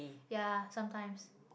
ya sometimes